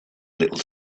little